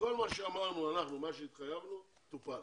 כל מה שאמרנו אנחנו, מה שהתחייבנו, טופל.